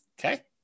Okay